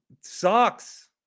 sucks